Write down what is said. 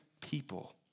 people